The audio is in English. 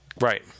Right